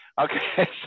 okay